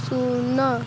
ଶୂନ